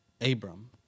Abram